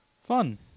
Fun